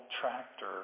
tractor